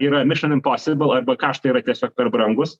yra mišion imposibl arba kaštai yra tiesiog per brangūs